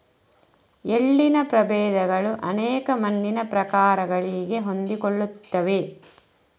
ಎಳ್ಳಿನ ಪ್ರಭೇದಗಳು ಅನೇಕ ಮಣ್ಣಿನ ಪ್ರಕಾರಗಳಿಗೆ ಹೊಂದಿಕೊಳ್ಳುತ್ತವೆ